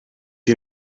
you